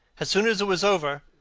as soon as it was over,